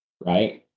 Right